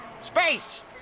space